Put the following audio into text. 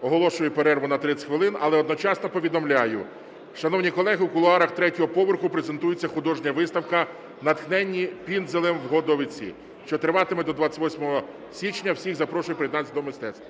Оголошую перерву на 30 хвилин. Але одночасно повідомляю, шановні колеги, у кулуарах третього поверху презентується художня виставка "Натхненні Пінзелем в Годовиці", що триватиме до 28 січня. Всіх запрошую приєднатися до мистецтва.